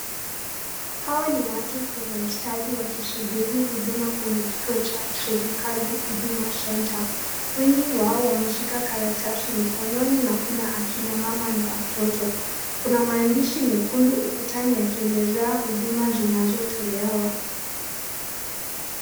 Hawa ni watu kwenye mstari wakisubiri hudhuma kwenye kituo cha serikali, huduma center . Wengi wao wameshika karatasi mikononi na kuna akina mama na watoto. Kuna maandishi mekundu ukutani yakielezea huduma zinazotolewa.